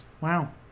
Wow